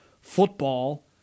football